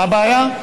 מה הבעיה?